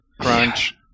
Crunch